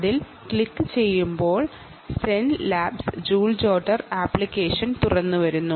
അതിൽ ക്ലിക്കുചെയ്യുബോൾ Zenlabs Joule Jotter application തുറന്നു വരുന്നു